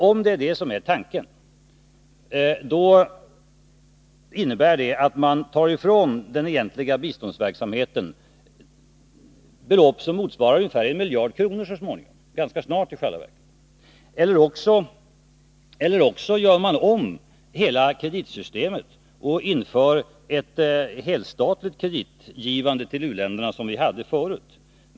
Om detta är tanken, innebär det att man tar ifrån den egentliga biståndsverksamheten belopp som så småningom - i själva verket ganska snart — motsvarar ungefär 1 miljard kronor. Eller också innebär det att man gör om hela kreditsystemet och inför ett helstatligt system för kreditgivning till u-länderna, som vi hade tidigare.